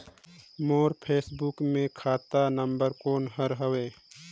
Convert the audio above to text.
मोर passbook मे खाता number कोन हर हवे?